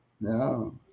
No